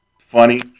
funny